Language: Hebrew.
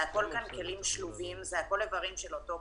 הכול כאן כלים שלובים, הכול איברים של אותו גוף.